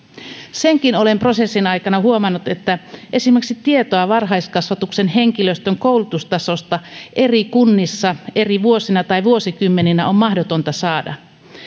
senkin olen prosessin aikana huomannut että esimerkiksi tietoa varhaiskasvatuksen henkilöstön koulutustasosta eri kunnissa eri vuosina tai vuosikymmeninä on mahdotonta saada